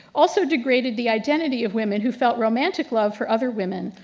also degraded the identity of women who felt romantic love for other women,